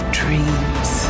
dreams